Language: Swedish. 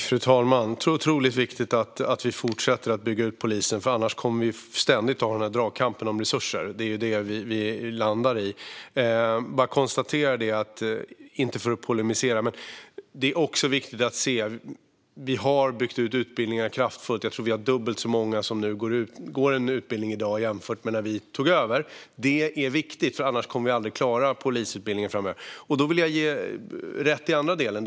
Fru talman! Det är viktigt att vi fortsätter att bygga ut polisen, för annars kommer vi ständigt att ha den här dragkampen om resurser. Det är det vi landar i. Jag vill inte polemisera, men det är också viktigt att se att vi har byggt ut utbildningarna kraftigt. Nu går dubbelt så många polisutbildningen jämfört med när vi tog över. Det är viktigt, för annars kommer vi inte att klara polisutbildningen framöver. Låt mig ge ledamoten rätt i andra delen.